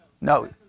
No